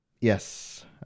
Yes